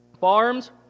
Farms